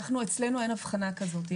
אצלנו אין אבחנה כזו.